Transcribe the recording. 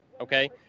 okay